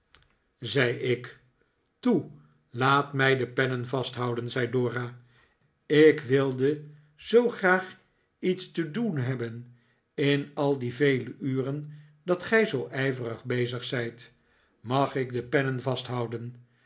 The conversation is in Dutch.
zei ik toe laat mij de pennen vasthouden zei dora ik wilde zoo graag iets te doen hebben in al die vele uren dat gij zoo ijverig bezig zijt mag ik de pennen vasthouden